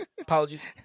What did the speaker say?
Apologies